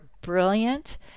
brilliant